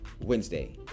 wednesday